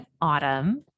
Autumn